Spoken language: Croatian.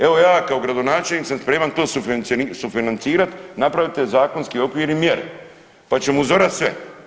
Evo ja kao gradonačelnik sam spreman to sufinancirati, napravite zakonski okvir i mjere, pa ćemo uzorat sve.